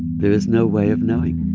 there is no way of knowing.